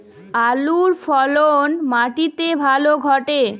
আলুর ফলন মাটি তে ভালো ঘটে?